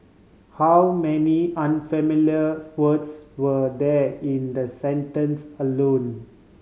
how many unfamiliar words were there in the sentence alone